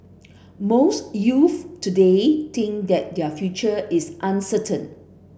most youths today think that their future is uncertain